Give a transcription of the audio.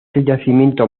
yacimiento